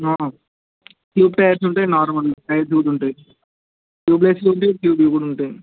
tube tyres ఉంటాయి normal tyre tube ఉంటాయి tubeless ఉంటాయి ట్యూబువి కూడా ఉంటాయి